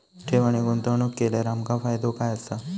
ठेव आणि गुंतवणूक केल्यार आमका फायदो काय आसा?